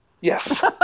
yes